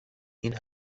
این